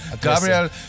Gabriel